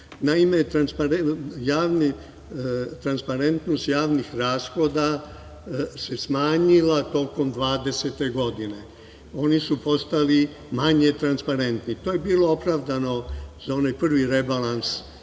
budžeta. Transparentnost javnih rashoda se smanjila tokom 2020. godine. Oni su postali manje transparentni. To je bilo opravdano za onaj prvi rebalans